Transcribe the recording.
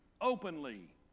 openly